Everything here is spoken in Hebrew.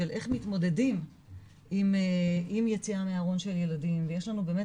של איך מתמודדים עם יציאה מהארון של ילדים ויש לנו באמת